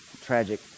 Tragic